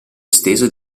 esteso